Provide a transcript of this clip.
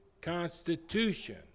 Constitution